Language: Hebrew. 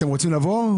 אתם רוצים לבוא?